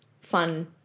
fun